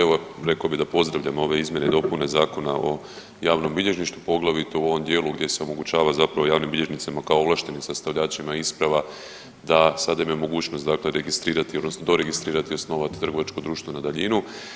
Evo rekao bih da pozdravljam ove izmjene i dopune Zakona o javnom bilježništvu poglavito u ovom dijelu gdje se omogućava zapravo javnim bilježnicima kao ovlaštenim sastavljačima isprava da sada imaju mogućnost, dakle registrirati, odnosno doregistrirati osnovati trgovačko društvo na daljinu.